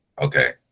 okay